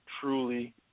truly